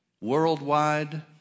Worldwide